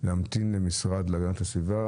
להמתין למשרד להגנת הסביבה,